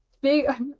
big